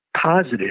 positive